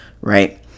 right